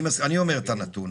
אני אומר את הנתון.